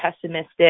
pessimistic